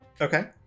Okay